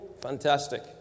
Fantastic